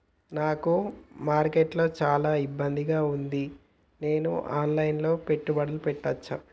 నాకు మార్కెట్స్ లో చాలా ఇబ్బందిగా ఉంది, నేను ఆన్ లైన్ లో పెట్టుబడులు పెట్టవచ్చా?